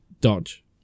dodge